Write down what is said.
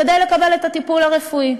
כדי לקבל את הטיפול הרפואי.